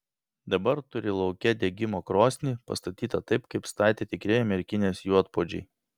dabar turi lauke degimo krosnį pastatytą taip kaip statė tikrieji merkinės juodpuodžiai